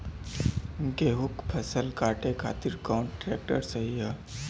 गेहूँक फसल कांटे खातिर कौन ट्रैक्टर सही ह?